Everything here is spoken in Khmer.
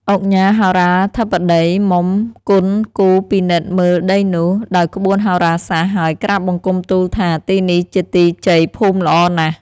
ឧកញ៉ាហោរាធិបតី មុំ គន់គូរពិនិត្យមើលដីនោះ ដោយក្បួនហោរាសាស្ត្រហើយក្រាបបង្គំទូលថា " ទីនេះជាទីជយភូមិល្អណាស់